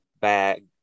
bag